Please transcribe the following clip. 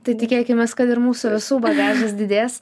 tai tikėkimės kad ir mūsų visų bagažas didės